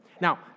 Now